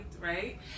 right